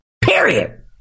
period